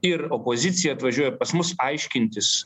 ir opozicija atvažiuoja pas mus aiškintis